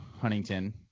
huntington